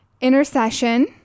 Intercession